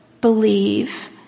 believe